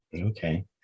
Okay